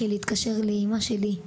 ולהתקשר בבכי לאימא שלי.